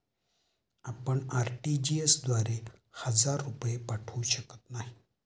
आपण आर.टी.जी.एस द्वारे हजार रुपये पाठवू शकत नाही